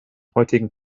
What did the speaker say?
heutigen